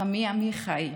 חמי עמיחי,